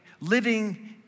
living